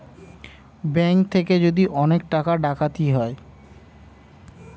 bank থেকে যদি অনেক টাকা ডাকাতি হয়